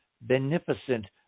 beneficent